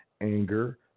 anger